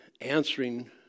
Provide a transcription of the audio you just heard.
answering